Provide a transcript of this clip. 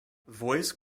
voice